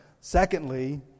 Secondly